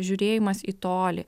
žiūrėjimas į tolį